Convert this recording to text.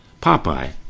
Popeye